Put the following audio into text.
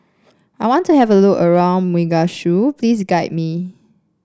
I want to have a look around Mogadishu please guide me